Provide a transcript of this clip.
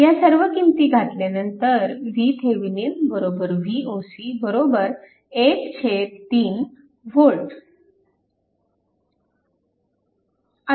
ह्या सर्व किंमती घातल्यानंतर VThevenin Voc 13V